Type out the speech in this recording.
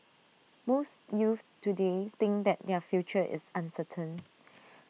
most youths today think that their future is uncertain